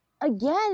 again